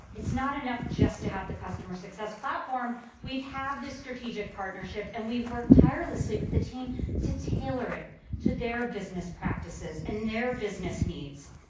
it's not enough just to have the customer success platform. we have this strategic partnership and we've worked tirelessly with the team to tailor it to their business practices and their business needs.